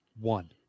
one